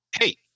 hey